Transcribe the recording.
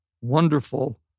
wonderful